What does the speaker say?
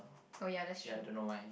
oh ya that's true